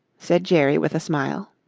said jerry with a smile.